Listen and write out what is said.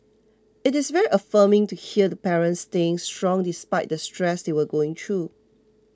it is very affirming to hear the parents staying strong despite the stress they were going through